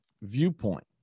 viewpoint